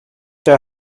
der